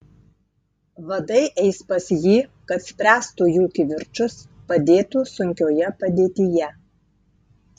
vadai eis pas jį kad spręstų jų kivirčus padėtų sunkioje padėtyje